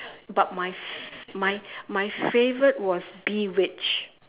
but my f~ my my favourite was bewitched